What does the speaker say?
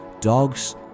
dogs